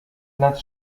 lat